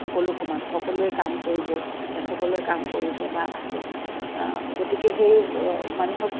সকলো সমান সকলোৱে কাম কৰিব ইয়াত সকলোৱে কাম কৰিছে বা আছে গতিকে সেই মানুহক